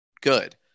good